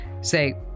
say